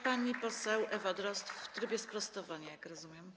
Pani poseł Ewa Drozd w trybie sprostowania, jak rozumiem?